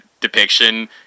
depiction